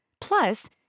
Plus